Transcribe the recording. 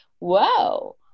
wow